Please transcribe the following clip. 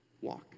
walk